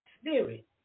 spirit